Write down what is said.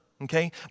okay